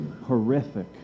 horrific